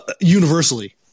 universally